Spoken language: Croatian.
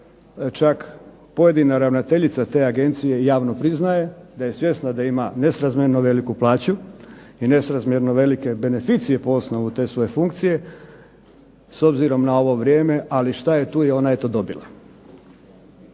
čak pojedina ravnateljica te agencije javno priznaje da je svjesna da ima nesrazmjerno veliku plaću, i nesrazmjerno velike beneficije po osnovu te svoje funkcije, s obzirom na ovo vrijeme ali šta je tu je, ona je to dobila.